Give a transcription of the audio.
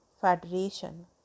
federation